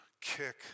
kick